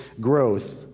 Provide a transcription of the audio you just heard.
growth